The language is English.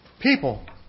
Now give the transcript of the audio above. people